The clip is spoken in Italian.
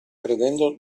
credendo